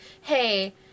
hey